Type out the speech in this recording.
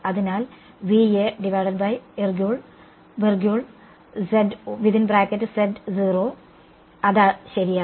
അതിനാൽ അത് ശരിയാണ്